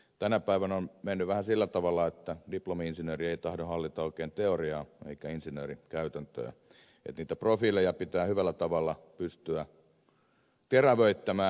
tänä päivänä on mennyt vähän sillä tavalla että diplomi insinööri ei tahdo hallita oikein teoriaa eikä insinööri käytäntöä että niitä profiileja pitää hyvällä tavalla pystyä terävöittämään